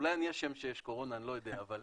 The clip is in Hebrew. אולי אני אשם שיש קורונה, אני לא יודע, אבל